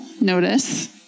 notice